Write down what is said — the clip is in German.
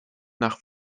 nach